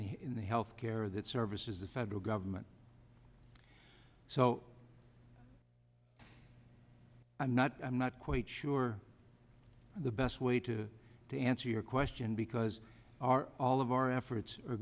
the in the health care that services the side of government so i'm not i'm not quite sure the best way to to answer your question because our all of our efforts are